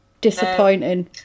disappointing